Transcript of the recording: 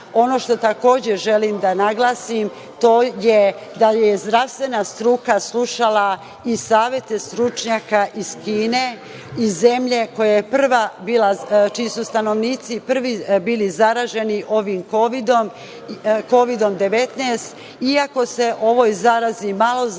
što, takođe, želim da naglasim to je da je zdravstvena struka slušala i savete stručnjaka iz Kine, iz zemlje čiji su stanovnici prvi bili zaraženi ovim Kovidom 19. Iako se o ovoj zarazi malo zna,